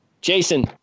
Jason